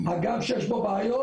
הגם שיש לו בעיות,